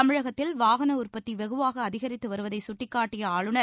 தமிழகத்தில் வாகன உற்பத்தி வெகுவாக அதிகரித்து வருவதை குட்டிக்காட்டிய ஆளுநர்